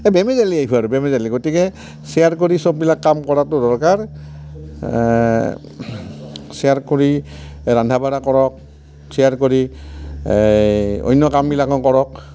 এই বেমেজালিয়ে ঘৰ বেমেজালি গতিকে শ্ৱেয়াৰ কৰি চববিলাক কাম কৰাটো দৰকাৰ শ্ৱেয়াৰ কৰি ৰান্ধা বাঢ়া কৰক শ্ৱেয়াৰ কৰি অন্য কামবিলাকো কৰক